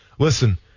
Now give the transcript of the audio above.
Listen